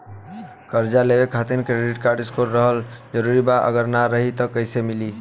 कर्जा लेवे खातिर क्रेडिट स्कोर रहल जरूरी बा अगर ना रही त कैसे मिली?